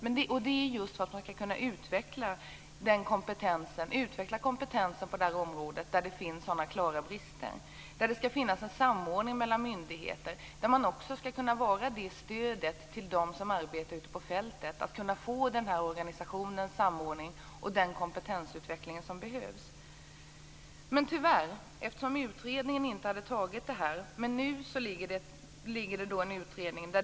Det skall ske just för att man skall kunna utveckla kompetens på ett område där det finns så klara brister. Det skall finnas en samordning mellan myndigheter. Man skall kunna ge stöd till dem som arbetar ute på fältet. Den samordning och kompetensutveckling som behövs måste ske. Den tidigare utredningen behandlade tyvärr inte den frågan. Nu finns det en utredning med det uppdraget.